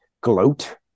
gloat